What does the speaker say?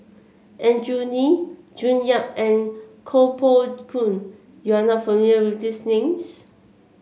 Andrew Lee June Yap and Koh Poh Koon you are not familiar with these names